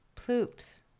Ploops